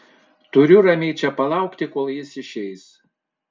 turiu ramiai čia palaukti kol jis išeis